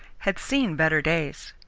had seen better days.